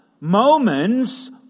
moments